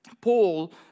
Paul